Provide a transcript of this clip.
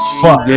fuck